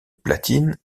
platine